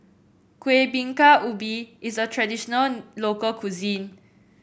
Kueh Bingka Ubi is a traditional local cuisine